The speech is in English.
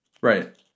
right